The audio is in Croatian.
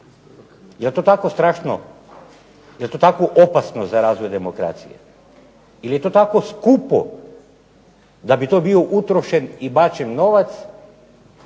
Je li to tako strašno, je li to tako opasno za razvoj demokracije? Ili je to tako skupo da bi to bio utrošen i bačen novac,